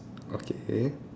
okay